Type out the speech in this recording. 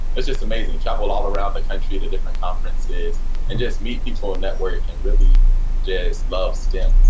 it's just amazing, traveled all around the country to different conferences and just meet people in network and really just love skin.